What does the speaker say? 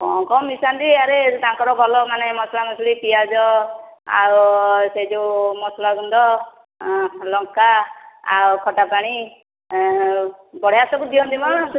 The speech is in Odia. ହଁ କଣ ମିଶାନ୍ତି ଆରେ ତାଙ୍କର ଭଲ ମାନେ ମସଲା ମସଲି ପିଆଜ ଆଉ ସେ ଯେଉଁ ମସଲା ଗୁଣ୍ଡ ଲଙ୍କା ଆଉ ଖଟା ପାଣି ବଢିଆ ସବୁ ଦିଅନ୍ତି ମ